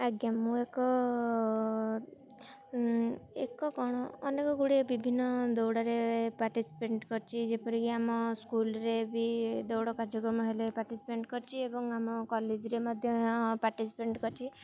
ଆଜ୍ଞା ମୁଁ ଏକ ଏକ କ'ଣ ଅନେକ ଗୁଡ଼ିଏ ବିଭିନ୍ନ ଦୌଡ଼ରେ ପାାର୍ଟିସିପେଣ୍ଟ୍ କରିଛି ଯେପରିକି ଆମ ସ୍କୁଲ୍ରେ ବି ଦୌଡ଼ କାର୍ଯ୍ୟକ୍ରମ ହେଲେ ପାାର୍ଟିସିପେଣ୍ଟ୍ କରିଛି ଏବଂ ଆମ କଲେଜ୍ରେ ମଧ୍ୟ ପାାର୍ଟିସିପେଣ୍ଟ୍ କରିଛି